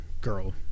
girl